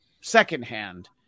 secondhand